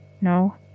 No